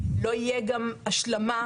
לא תהיה גם השלמה,